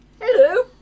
Hello